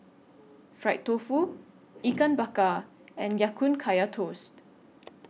Fried Tofu Ikan Bakar and Ya Kun Kaya Toast